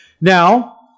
Now